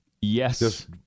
Yes